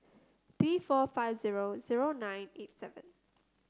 three four five zero zero nine eight seven